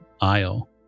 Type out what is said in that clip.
aisle